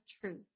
truth